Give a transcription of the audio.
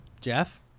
Jeff